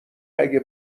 اگه